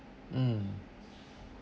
mm